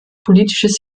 politisches